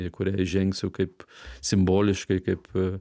į kurią įžengsiu kaip simboliškai kaip